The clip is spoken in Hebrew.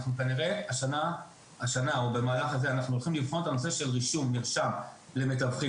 אנחנו כנראה השנה הולכים לבחון את הנושא של רישום ומרשם למתווכים,